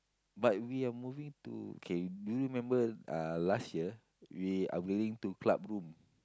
but we are moving to okay do you remember uh last year we are willing to club room